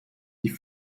die